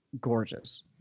gorgeous